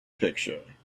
picture